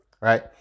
Right